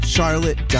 Charlotte